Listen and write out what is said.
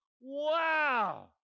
Wow